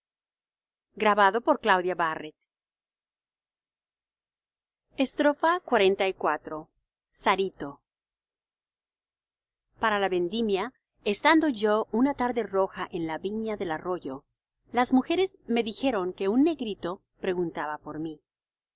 oro claro nuestro rápido caminar xliv sarito para la vendimia estando yo una tarde roja en la viña del arroyo las mujeres me dijeron que un negrito preguntaba por mí